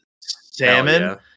salmon